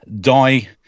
die